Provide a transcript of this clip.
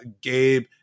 Gabe